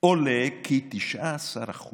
עולה כי 19%